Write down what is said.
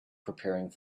preparing